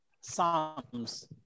Psalms